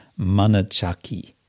manachaki